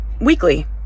weekly